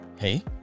Hey